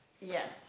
Yes